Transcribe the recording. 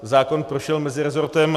Zákon prošel mezirezortem.